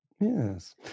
Yes